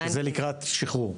שזה לקראת שחרור?